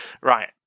right